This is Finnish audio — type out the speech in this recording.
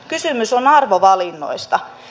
kysymys on arvovalinnoista